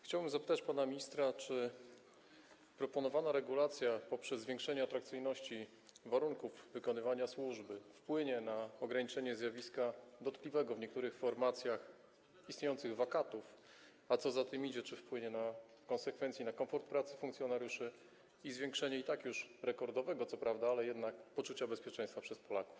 Chciałbym zapytać pana ministra, czy proponowana regulacja poprzez zwiększenie atrakcyjności warunków wykonywania służby wpłynie na ograniczenie zjawiska, dotkliwego w niektórych formacjach, istniejących wakatów, a co za tym idzie, czy wpłynie w konsekwencji na komfort pracy funkcjonariuszy i zwiększenie, co prawda i tak już rekordowego, poczucia bezpieczeństwa przez Polaków.